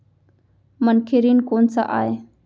मनखे ऋण कोन स आय?